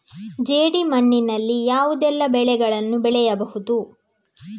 ಜೇಡಿ ಮಣ್ಣಿನಲ್ಲಿ ಯಾವುದೆಲ್ಲ ಬೆಳೆಗಳನ್ನು ಬೆಳೆಯಬಹುದು?